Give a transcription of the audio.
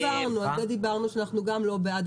על זה דיברנו שאנחנו גם לא בעד,